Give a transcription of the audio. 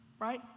right